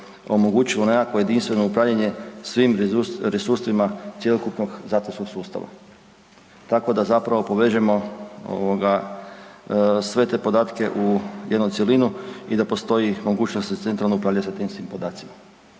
omogućilo nekakvo jedinstveno upravljanje svim resursima cjelokupnog zatvorskog sustava. Tako da zapravo povežemo ovoga sve te podatke u jednu cjelinu i da postoji mogućnost da se centralno upravlja sa tim svim podacima.